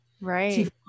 right